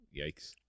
yikes